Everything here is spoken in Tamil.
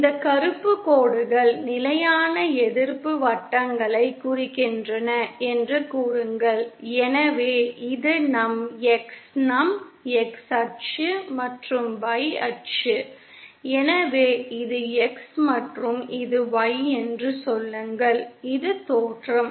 இந்த கருப்பு கோடுகள் நிலையான எதிர்ப்பு வட்டங்களை குறிக்கின்றன என்று கூறுங்கள் எனவே இது நம் X நம் X அச்சு மற்றும் Y அச்சு எனவே இது X மற்றும் இது Y என்று சொல்லுங்கள் இது தோற்றம்